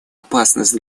опасность